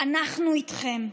אנחנו איתכם.